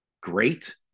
great